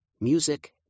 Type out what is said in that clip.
music